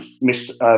Miss